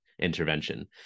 intervention